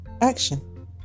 action